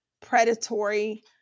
predatory